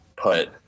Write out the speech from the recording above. put